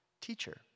Teacher